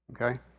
Okay